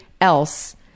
else